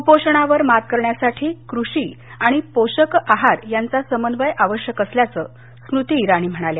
कुपोषणावर मात करण्यासाठी कृषी आणि पोषक आहार यांचा समन्वय आवश्यक असल्याचं स्मृती इराणी यावेळी म्हणाल्या